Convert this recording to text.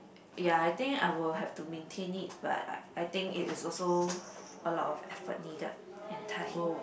ya I think I will have to maintain it but I think it is also a lot of effort needed and time